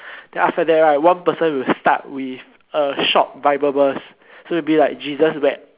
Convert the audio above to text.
then after that right one person will start with a short bible verse so it will be like Jesus there